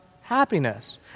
happiness